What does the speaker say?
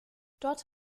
dort